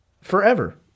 forever